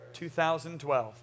2012